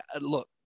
Look